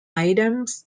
items